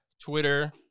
Twitter